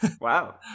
Wow